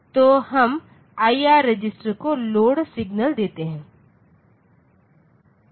तो हम IR register को लोड सिग्नल देते हैं